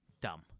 dumb